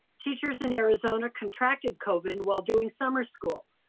teachers in arizona contracted covid while doing summer school.